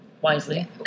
Wisely